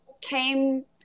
came